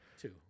Two